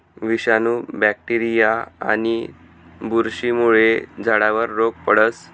विषाणू, बॅक्टेरीया आणि बुरशीमुळे झाडावर रोग पडस